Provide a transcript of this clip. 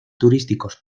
turísticos